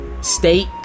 state